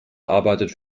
arbeitet